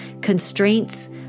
constraints